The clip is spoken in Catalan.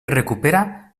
recupera